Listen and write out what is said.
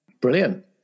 Brilliant